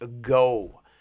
go